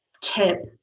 tip